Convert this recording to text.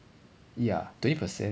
ya twenty percent